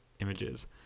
images